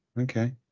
Okay